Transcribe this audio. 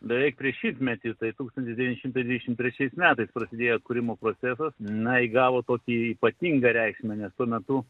beveik prieš šimtmetį tai tūkstantis devyni šimtai dvidešimt trečiais metais prasidėjo atkūrimo procesas na įgavo tokį ypatingą reikšmę nes tuo metu